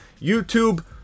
YouTube